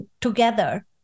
together